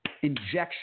injection